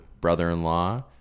brother-in-law